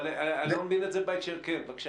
אבל אני לא מבין את זה בהקשר הזה.